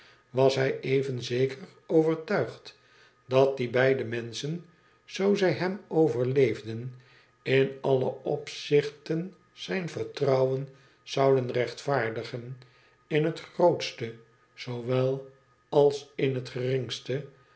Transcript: was hij even zeker overtuigd dat die beide menschen zoo zij hem overleefden in alle opzichten zijn vertrouwen zouden rechtvaardigen in het grootste zoowel als in het geringste